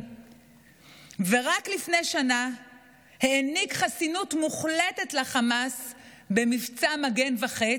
ורק לפני שנה העניק חסינות מוחלטת לחמאס במבצע מגן וחץ,